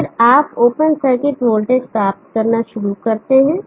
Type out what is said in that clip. और फिर आप ओपन सर्किट वोल्टेज प्राप्त करना शुरू करते हैं